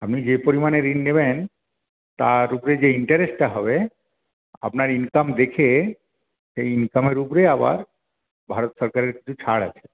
আপনি যে পরিমাণে ঋণ নেবেন তার উপরে যে ইন্টারেস্টটা হবে আপনার ইনকাম দেখে সেই ইনকামের উপরে আবার ভারত সরকারের কিছু ছাড় আছে